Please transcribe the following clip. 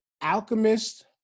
Alchemist